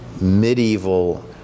medieval